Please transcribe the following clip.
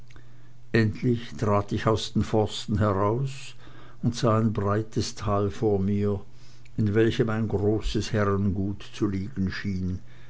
endlich trat ich aus den forsten heraus und sah ein breites tal vor mir in welchem ein großes herrengut zu liegen schien